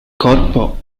corpo